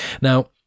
now